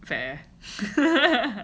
fair